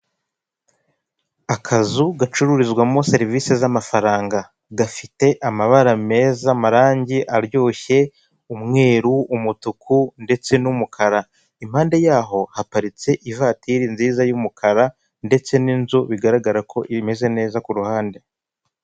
Akazu gacururizwamo serivisi z'amafaranga gafite amabara meza, amarangi aryoshye umweru, umutuku ndetse n'umukara, impande yaho haparitse ivatiri nziza y'umukara ndetse n'inzu bigaragara ko imeze neza ku ruhande.